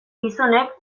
gizonek